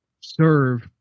serve